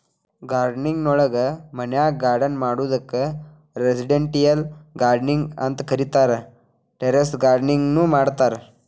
gardening ನೊಳಗ ಮನ್ಯಾಗ್ garden ಮಾಡೋದಕ್ಕ್ ರೆಸಿಡೆಂಟಿಯಲ್ ಗಾರ್ಡನಿಂಗ್ ಅಂತ ಕರೇತಾರ, ಟೆರೇಸ್ ಗಾರ್ಡನಿಂಗ್ ನು ಮಾಡ್ತಾರ